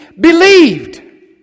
Believed